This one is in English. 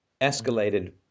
escalated